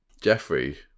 jeffrey